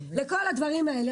בכל הדברים האלה,